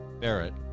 Barrett